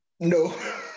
no